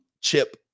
chip